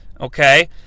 okay